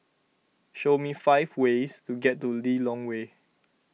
show me five ways to get to Lilongwe